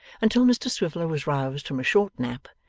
until mr swiveller was roused from a short nap,